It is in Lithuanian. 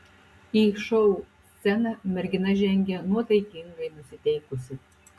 į šou sceną mergina žengė nuotaikingai nusiteikusi